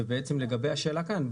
לגבי השאלה כאן,